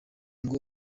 ngo